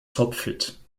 topfit